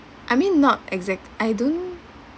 I mean not exact I don't